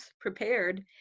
prepared